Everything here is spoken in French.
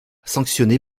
sanctionné